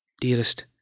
Dearest